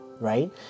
right